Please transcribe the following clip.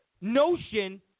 notion